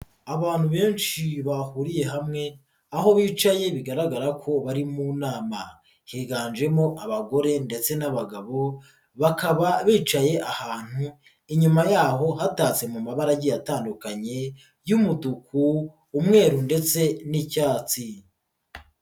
Abantu benshi bahuriye hamwe, aho bicaye bigaragara ko bari mu nama. Higanjemo abagore ndetse n'abagabo, bakaba bicaye ahantu, inyuma yaho hatatse mu mabara agiye atandukanye y'umutuku, umweru ndetse n'icyatsi.